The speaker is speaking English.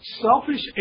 selfish